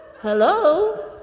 hello